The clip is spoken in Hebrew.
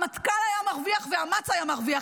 המטכ"ל היה מרוויח, ואמ"צ היה מרוויח.